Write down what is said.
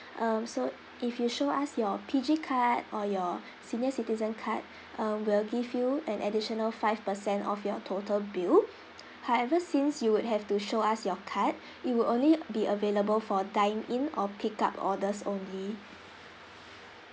um so if you show us your P_G card or your senior citizen card uh we'll give you an additional five percent off your total bill however since you would have to show us your card it will only be available for dine in or pick up orders only